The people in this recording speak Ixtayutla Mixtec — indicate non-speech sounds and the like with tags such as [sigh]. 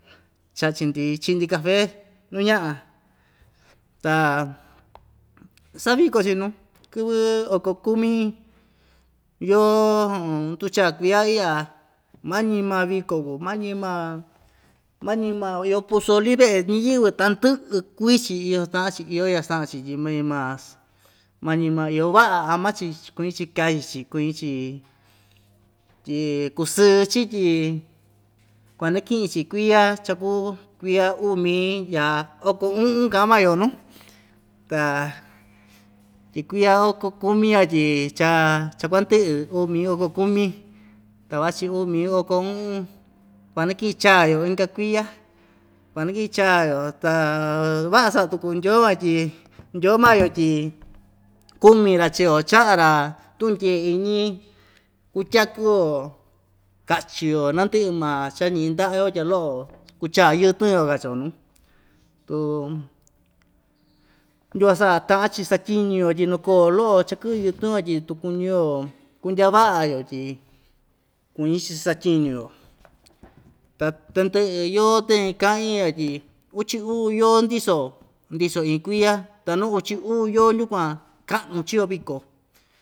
Chachi‑ndi, chiꞌi‑ndi cafe nuu ñaꞌa ta sa viko‑chi nuu kɨvɨ oko kumi yoo [hesitation] nduchaa kuiya iꞌya mañima viko kuu mañimaa mañimaa mañima a iyo posoli veꞌe ñiyɨvɨ tandiꞌi kuii‑chi iso taꞌan‑chi iyo iya staꞌan‑chi tyi mañimaa mañimaa iyo vaꞌa ama‑chi tyi kuñichi kaichi kuñi‑chi tyi, kusɨɨ‑chi tyi kuanakiꞌi‑chi kuiya cha kuu kuiya uu mii ndya oko uꞌun kaꞌan maa‑yo nuu ta tyi kuiya oko kumi ya tyi cha cha kuandɨꞌɨ uu mii oko kumi ta vachi uu mii oko uꞌun kuanakiꞌin chaa‑yo inka kuiya kuanakiꞌin chaa‑yo t vaꞌa saꞌa tuku ndyoo a tyi ndyoo maa‑yo tyi kumi‑ra chii‑yo chaꞌa‑ra tundyee iñi kutyakuyo kachi‑yo nandyɨꞌɨ‑maa cha ñindaꞌa‑yo tya loꞌo kuchaa yɨtɨn‑yo kachi‑yo nuu, tu yuan saꞌa taꞌan‑chi satyiñu‑yo nuu koo loꞌo cha kɨꞌɨ yɨtɨ‑yo tyi tu kuñiyo kundyaa vaꞌa‑yo tyi kuñi‑chi satyiñu‑yo ta tandyɨꞌɨ yoo tañi ikaꞌin‑ya tyi uchi uu yoo ndiso ndiso iin kuiya ta nuu uchi uu yoo yukuan kaꞌanu chio viko.